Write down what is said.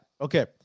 Okay